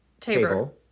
Table